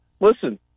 listen